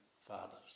fathers